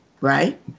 right